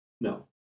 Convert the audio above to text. No